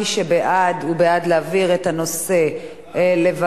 מי שבעד, הוא בעד להעביר את הנושא לוועדה.